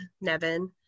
Nevin